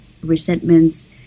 resentments